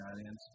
audience